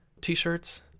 t-shirts